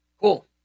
Cool